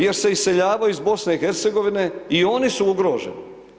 Jer se iseljavaju iz BiH i oni su ugroženi.